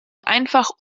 einfach